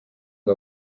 ngo